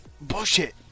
Bullshit